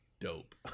dope